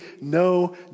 no